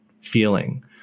feeling